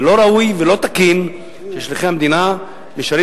זה לא ראוי ולא תקין ששליחי המדינה נשארים